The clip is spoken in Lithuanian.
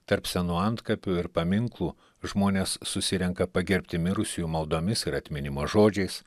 tarp senų antkapių ir paminklų žmonės susirenka pagerbti mirusiųjų maldomis ir atminimo žodžiais